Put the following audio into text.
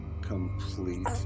complete